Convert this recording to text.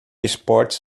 esportes